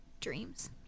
dreams